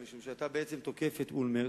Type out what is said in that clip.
משום שאתה בעצם תוקף את אולמרט,